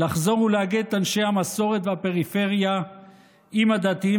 לחזור ולאגד את אנשי המסורת והפריפריה עם הדתיים